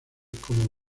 como